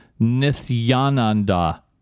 Nithyananda